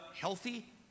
healthy